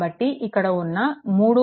కాబట్టి ఇక్కడ ఉన్న 3